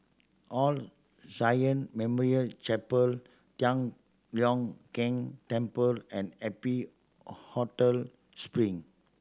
all Memorial Chapel Tian Leong Keng Temple and Happy Hotel Spring